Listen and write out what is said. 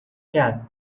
cat